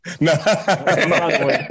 no